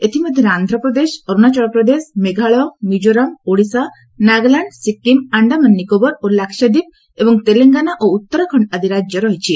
ଏଥିମଧ୍ୟରେ ଆନ୍ଧ୍ରପ୍ରଦେଶ ଅରୁଣାଚଳପ୍ରଦେଶ ମେଘଳୟ ମିଜୋରାମ ଓଡ଼ିଶା ନାଗାଲାଣ୍ଡ ସିକିମ୍ ଆଶ୍ଡାମାନ ନିକୋବର ଓ ଲାକ୍ଷାଦ୍ୱୀପ ଏବଂ ତେଲଙ୍ଗାନା ଓ ଉତ୍ତରାଖଣ୍ଡ ଆଦି ରାଜ୍ୟ ରହିଛି